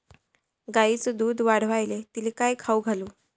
गायीचं दुध वाढवायले तिले काय खाऊ घालू?